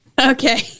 Okay